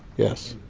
yes.